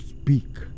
speak